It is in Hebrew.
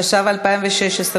התשע"ו 2016,